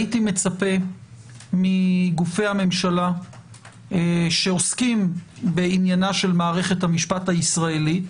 הייתי מצפה מגופי הממשלה שעוסקים בעניינה של מערכת המשפט הישראלית